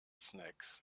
snacks